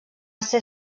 ser